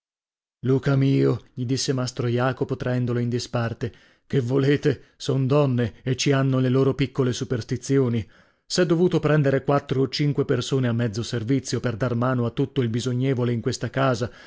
luca mio gli disse mastro jacopo traendolo in disparte che volete son donne e ci hanno le loro piccole superstizioni s'è dovuto prendere quattro o cinque persone a mezzo servizio per dar mano a tutto il bisognevole in questa casa